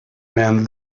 man